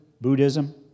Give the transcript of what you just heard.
Buddhism